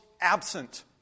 absent